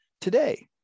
today